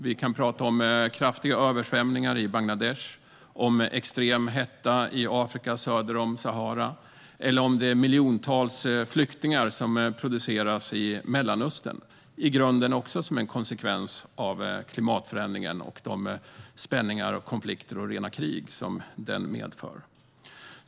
Det har varit kraftiga översvämningar i Bangladesh, extrem hetta i Afrika söder om Sahara och miljontals flyktingar har producerats i Mellanöstern. Detta är i grunden också en konsekvens av klimatförändringen och de spänningar, konflikter och krig som den medför.